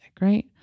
right